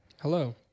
Hello